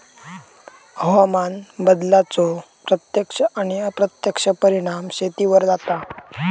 हवामान बदलाचो प्रत्यक्ष आणि अप्रत्यक्ष परिणाम शेतीवर जाता